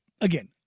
again